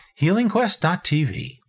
healingquest.tv